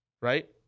right